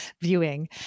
viewing